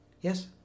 Yes